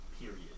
period